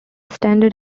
standard